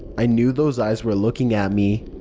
i knew those eyes were looking at me.